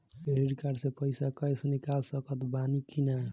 Credit card से पईसा cash निकाल सकत बानी की ना?